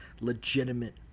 legitimate